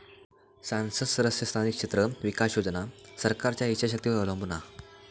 सांसद सदस्य स्थानिक क्षेत्र विकास योजना सरकारच्या ईच्छा शक्तीवर अवलंबून हा